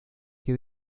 que